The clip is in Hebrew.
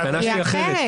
הטענה שלי אחרת.